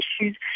issues